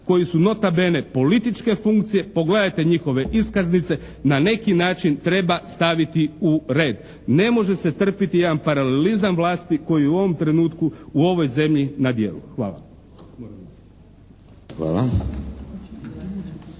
koji su nota bene političke funkcije, pogledajte njihove iskaznice na neki način treba staviti u red. Ne može se trpiti jedan paralelizam vlasti koji je u ovom trenutku u ovoj zemlji na djelu. Hvala.